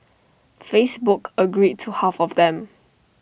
Facebook agreed to half of them